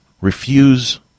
refuse